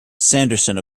sanderson